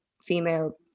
female